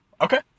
Okay